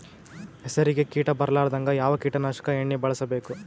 ಹೆಸರಿಗಿ ಕೀಟ ಬರಲಾರದಂಗ ಯಾವ ಕೀಟನಾಶಕ ಎಣ್ಣಿಬಳಸಬೇಕು?